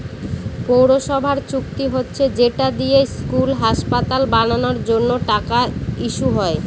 পৌরসভার চুক্তি হচ্ছে যেটা দিয়ে স্কুল, হাসপাতাল বানানোর জন্য টাকা ইস্যু হয়